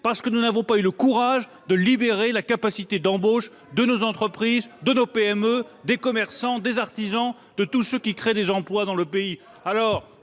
parce que nous n'avons pas eu le courage de libérer la capacité d'embauche de nos entreprises, de nos PME, des commerçants, des artisans, de tous ceux qui créent des emplois dans le pays